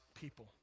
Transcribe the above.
people